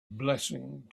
blessing